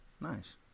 nice